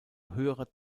höherer